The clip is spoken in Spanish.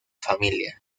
familia